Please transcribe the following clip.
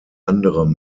anderem